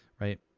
right